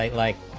like